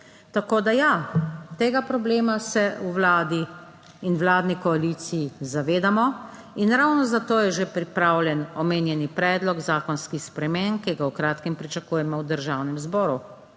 Tako da ja, tega problema se v Vladi in vladni koaliciji zavedamo in ravno zato je že pripravljen omenjeni predlog zakonskih sprememb, ki ga v kratkem pričakujemo v Državnem zboru.